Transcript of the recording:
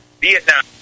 Vietnam